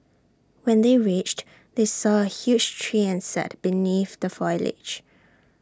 when they reached they saw A huge tree and sat beneath the foliage